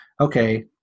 okay